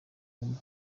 bakwiye